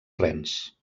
rens